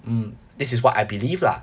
mm this is what I believe lah